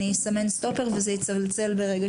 אני אסמן סטופר וזה יצלצל ברגע